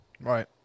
Right